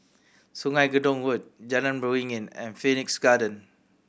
Sungei Gedong Road Jalan Beringin and Phoenix Garden